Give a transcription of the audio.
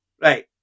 Right